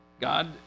God